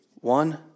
One